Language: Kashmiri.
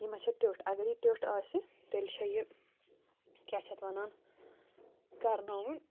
یہِ ما چھےٚ ٹیٕٹھ اگر یہِ ٹیٕٹھ آسہِ تیٚلہِ چھےٚ یہِ کیٛاہ چھِ اَتھ وَنان کرٕناوُن